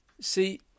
See